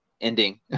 ending